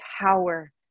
power